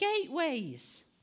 gateways